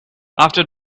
after